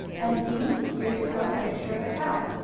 and see, here's a colored picture of a cow.